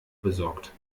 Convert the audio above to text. besorgt